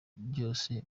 ryose